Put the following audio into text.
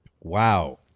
Wow